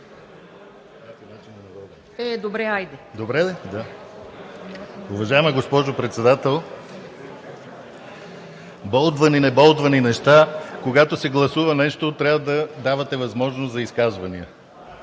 (ГЕРБ-СДС): Уважаема госпожо Председател, болдвани, неболдвани неща, когато се гласува нещо, трябва да давате възможност за изказвания.